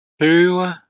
Two